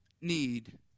need